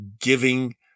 giving